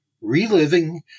Reliving